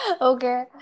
Okay